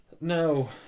No